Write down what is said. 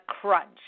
crunch